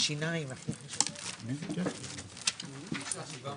הישיבה ננעלה בשעה 13:08.